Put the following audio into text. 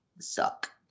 suck